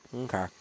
Okay